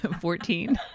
Fourteen